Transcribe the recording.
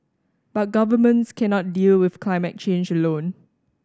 but governments cannot deal with climate change alone